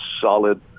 solid